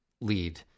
lead